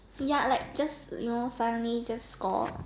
ya like just you know suddenly just